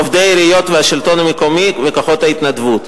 עובדי העיריות והשלטון המקומי וכוחות ההתנדבות.